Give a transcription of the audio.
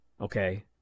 okay